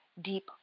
deep